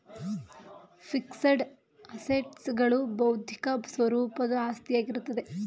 fixed assets ಗಳು ಬೌದ್ಧಿಕ ಸ್ವರೂಪದ ಆಸ್ತಿಯಾಗಿರುತ್ತೆ